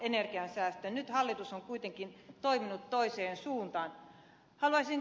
nyt hallitus on kuitenkin toiminut toiseen suuntaan